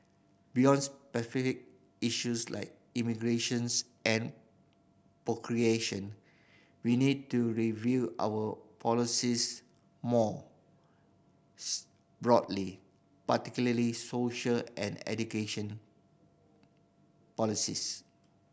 beyond issues like immigrations and procreation we need to review our policies mores broadly particularly social and education policies